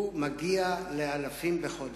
מגיע לאלפים בחודש.